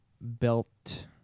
belt